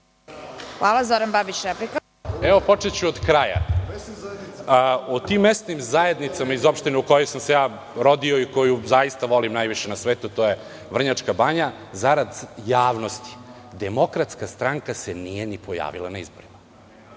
**Zoran Babić** Evo počeću od kraja.O tim mesnim zajednicama iz opštine u kojoj sam se ja rodio, i koju zaista volim najviše na svetu, to je Vrnjačka Banja. Zarad javnosti DS se nije pojavila na izborima.